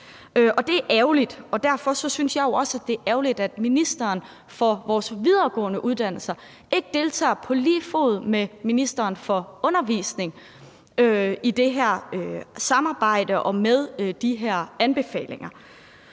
og det er ærgerligt, og derfor synes jeg jo også, at det er ærgerligt, at ministeren for vores videregående uddannelser ikke deltager på lige fod med ministeren for undervisning i det her samarbejde og med de her anbefalinger.